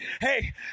Hey